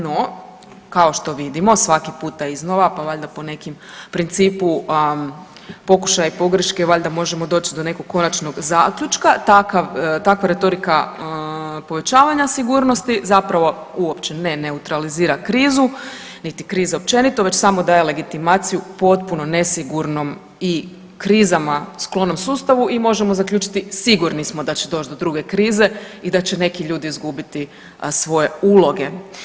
No kao što vidimo svaki puta iznova, pa valjda po nekom principu pokušaja pogreške valjda možemo doći do nekog konačnog zaključka, takva retorika povećavanja sigurnosti zapravo uopće ne neutralizira krizu, niti krizu općenito već samo daje legitimaciju potpuno nesigurnom i krizama sklonom sustavu i možemo zaključiti sigurni smo da će doć do druge krize i da će neki ljudi izgubiti svoje uloge.